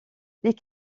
les